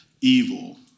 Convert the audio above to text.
evil